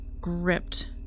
gripped